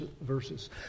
verses